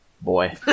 boy